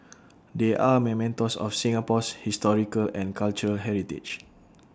they are mementos of Singapore's historical and cultural heritage